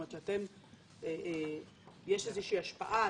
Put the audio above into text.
יש איזושהי השפעה?